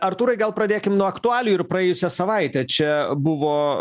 artūrai gal pradėkim nuo aktualijų ir praėjusią savaitę čia buvo